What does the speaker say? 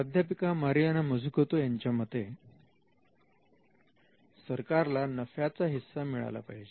प्राध्यापिका Mariana Mazzucato यांच्या मते सरकारला नफ्याचा हिस्सा मिळाला पाहिजे